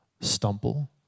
stumble